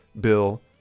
Bill